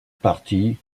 partie